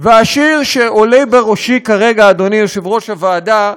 והשיר שעולה בראשי כרגע, אדוני יושב-ראש הוועדה,